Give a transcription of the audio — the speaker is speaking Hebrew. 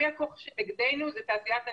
הכוח שנגדנו זו תעשיית הנפט.